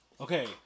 Okay